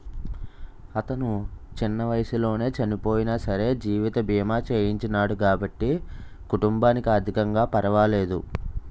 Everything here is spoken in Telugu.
అతను చిన్న వయసులోనే చనియినా సరే జీవిత బీమా చేయించినాడు కాబట్టి కుటుంబానికి ఆర్ధికంగా పరవాలేదు